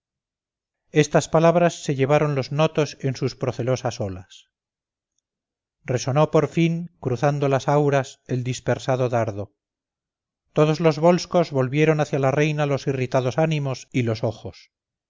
estas palabras se llevaron los notos en sus procelosas alas resonó por fin cruzando las auras el dispersado dardo todos los volscos volvieron hacia la reina los irritados ánimos y los ojos